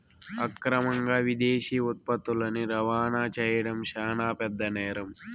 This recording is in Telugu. అక్రమంగా విదేశీ ఉత్పత్తులని రవాణా చేయడం శాన పెద్ద నేరం